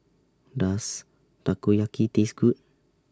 Does Takoyaki Taste Good